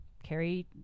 carry